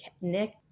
Nick